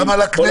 גם על הכנסת.